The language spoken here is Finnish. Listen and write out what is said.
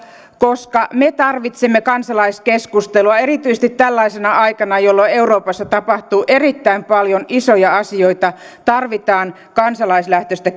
koska me tarvitsemme kansalaiskeskustelua ja erityisesti tällaisena aikana jolloin euroopassa tapahtuu erittäin paljon isoja asioita tarvitaan kansalaislähtöistä